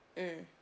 mm